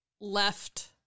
left